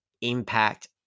Impact